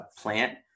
plant